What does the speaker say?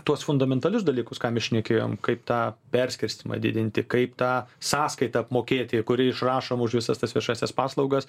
tuos fundamentalius dalykus ką mes šnekėjom kaip tą perskirstymą didinti kaip tą sąskaitą apmokėti kuri išrašoma už visas tas viešąsias paslaugas